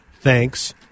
Thanks